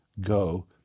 go